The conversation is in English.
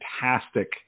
fantastic